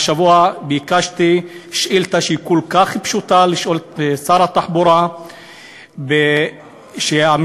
השבוע ביקשתי לשאול את שר התחבורה שאילתה כל כך פשוטה,